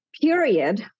period